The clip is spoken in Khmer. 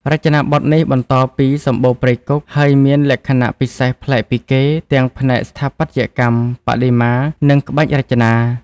រចនាបថនេះបន្តពីសម្បូណ៍ព្រៃគុក ហើយមានលក្ខណៈពិសេសប្លែកពីគេ ទាំងផ្នែកស្ថាបត្យកម្ម បដិមា និងក្បាច់រចនា។